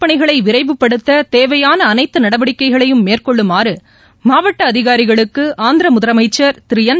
பணிகளைவிரைவுப்படுத்ததேவையானஅனைத்துநடவடிக்கைகளையும் மீட்பு மேற்கொள்ளுமாறுமாவட்டஅதிகாரிகளுக்குஆந்திரமுதலமைச்சர் திருஎன்